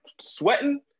sweating